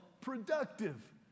productive